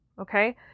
Okay